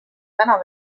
täna